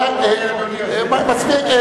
אדוני, מספיק.